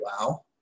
wow